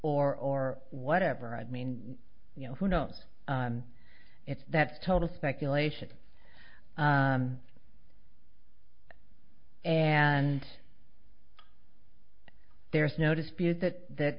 or whatever i mean you know who knows it's that total speculation and there's no dispute that that